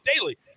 daily